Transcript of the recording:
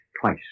twice